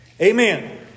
Amen